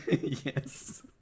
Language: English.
Yes